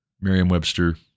Merriam-Webster